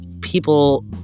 people